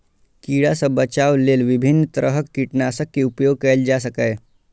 कीड़ा सं बचाव लेल विभिन्न तरहक कीटनाशक के उपयोग कैल जा सकैए